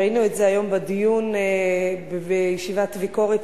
ראינו את זה היום בדיון בישיבת הוועדה לביקורת